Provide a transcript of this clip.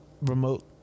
remote